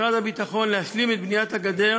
ומשרד הביטחון להשלים את בניית הגדר